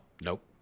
Nope